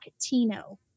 Tino